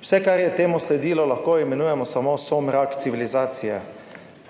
Vse, kar je temu sledilo, lahko imenujemo samo somrak civilizacije.